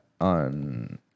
on